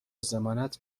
ضمانت